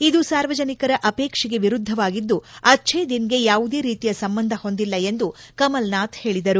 ಇದು ಸಾರ್ವಜನಿಕರ ಅಪೇಕ್ಷೆಗೆ ವಿರುದ್ದವಾಗಿದ್ದು ಅಜ್ಜೆ ದಿನ್ ಗೆ ಯಾವುದೇ ರೀತಿಯ ಸಂಬಂಧ ಹೊಂದಿಲ್ಲ ಎಂದು ಕಮಲ್ ನಾಥ್ ಹೇಳಿದರು